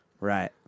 Right